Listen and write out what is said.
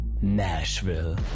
Nashville